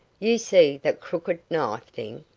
you see that crooked knife thing?